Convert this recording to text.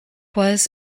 was